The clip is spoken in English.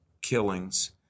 killings